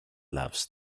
loves